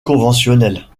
conventionnelles